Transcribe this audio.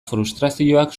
frustrazioak